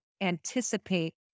anticipate